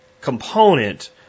component